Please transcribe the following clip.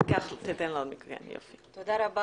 תודה רבה